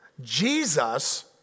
Jesus